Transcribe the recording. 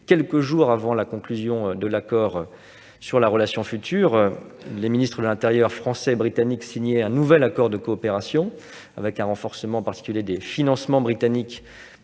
Quelques jours avant la conclusion de l'accord sur la relation future, les ministres de l'intérieur français et britannique ont signé un nouvel accord de coopération avec un renforcement des financements britanniques